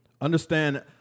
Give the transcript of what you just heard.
understand